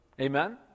Amen